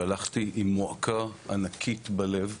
שהלכתי עם מועקה ענקית בלב,